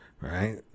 right